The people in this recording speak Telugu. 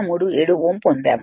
037 Ω పొందాము